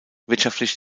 wirtschaftlich